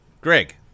Greg